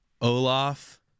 Olaf